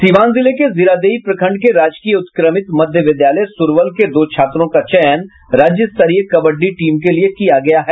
सीवान जिले के जीरादेई प्रखंड के राजकीय उत्क्रमित मध्य विद्यालय सुरवल के दो छात्रों का चयन राज्य स्तरीय कबड्डी टीम के लिए किया गया है